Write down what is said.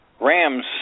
Rams